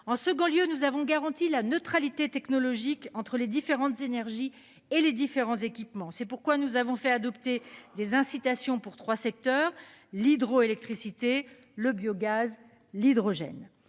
En second lieu nous avons garantit la neutralité technologique entre les différentes énergies et les différents équipements. C'est pourquoi nous avons fait adopter des incitations pour 3 secteurs l'hydroélectricité le biogaz et l'hydrogène.